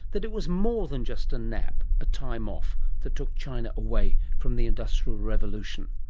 that it was more than just a nap, a time off, that took china away from the industrial revolution.